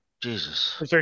Jesus